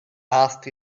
asked